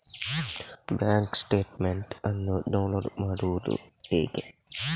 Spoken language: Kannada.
ಬ್ಯಾಂಕ್ ಸ್ಟೇಟ್ಮೆಂಟ್ ಅನ್ನು ಡೌನ್ಲೋಡ್ ಮಾಡುವುದು ಹೇಗೆ?